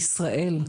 בישראל,